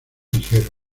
ligero